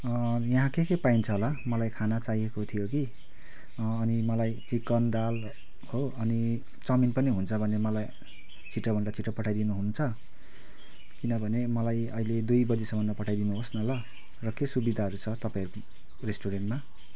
यहाँ के के पाइन्छ होला मलाई खाना चाहिएको थियो कि अनि मलाई चिकन दाल हो अनि चाउमिन पनि हुन्छ भने मलाई छिटोभन्दा छिटो पठाइदिनुहुन्छ किनभने मलाई अहिले दुई बजीसम्ममा पठाइदिनुहोस् न ल र के सुविधाहरू छ तपाईँहरूको रेस्टुरेन्टमा